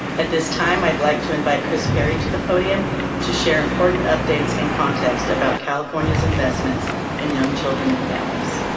at this time, i'd like to invite kris perry to the podium to share important updates and context about california's investments in young children and families.